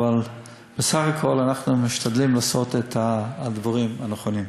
אבל בסך הכול אנחנו משתדלים לעשות את הדברים הנכונים.